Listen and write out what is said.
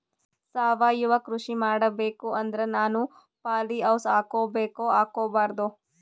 ಸಾವಯವ ಕೃಷಿ ಮಾಡಬೇಕು ಅಂದ್ರ ನಾನು ಪಾಲಿಹೌಸ್ ಹಾಕೋಬೇಕೊ ಹಾಕ್ಕೋಬಾರ್ದು?